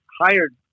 hired